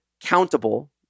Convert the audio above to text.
countable